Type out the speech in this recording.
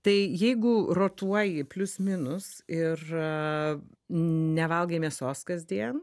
tai jeigu rotuoji plius minus ir nevalgai mėsos kasdien